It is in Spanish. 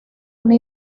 una